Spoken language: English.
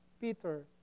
Peter